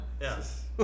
Yes